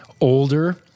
older